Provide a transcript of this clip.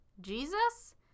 Jesus